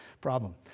problem